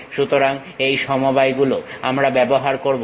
সুতরাং এই সমবায়গুলো আমরা ব্যবহার করবো